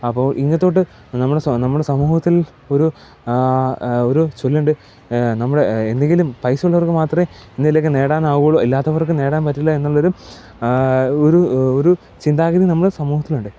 അപ്പോൾ ഇങ്ങനത്തൂട്ട് നമ്മുടെ നമ്മുടെ സമൂഹത്തിൽ ഒരു ഒരു ചൊല്ലുണ്ട് നമ്മള് എന്തെങ്കിലും പൈസ ഉള്ളവർക്ക് മാത്രേ എന്തേലും ഒക്കെ നേടാനാവുള്ളൂ ഇല്ലാത്തവർക്ക് നേടാൻ പറ്റില്ല എന്നൊള്ള ഒരു ഒരു ഒരു ചിന്താഗതി നമ്മുടെ സമൂഹത്തിലുണ്ട്